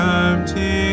empty